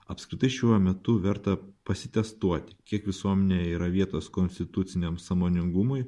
apskritai šiuo metu verta pasitestuoti kiek visuomenėje yra vietos konstituciniam sąmoningumui